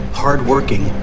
hard-working